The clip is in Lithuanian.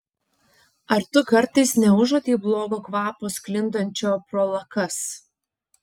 ar tu kartais neužuodei blogo kvapo sklindančio pro lakas